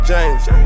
James